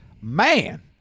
Man